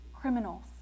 criminals